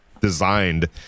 designed